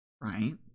right